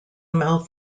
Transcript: mouth